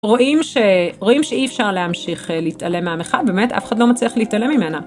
רואים שאי אפשר להמשיך להתעלם מהמחה באמת אף אחד לא מצליח להתעלם ממנה.